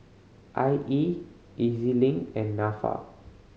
I E E Z Link and Nafa